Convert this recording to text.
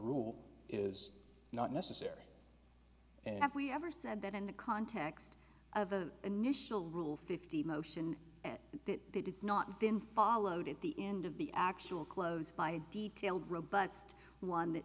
rule is not necessary and if we ever said that in the context of the initial rule fifty motion and that it is not been followed at the end of the actual close by detailed robust one that